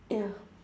ya